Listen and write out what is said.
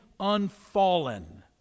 unfallen